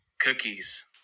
cookies